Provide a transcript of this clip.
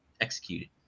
executed